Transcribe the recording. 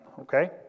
Okay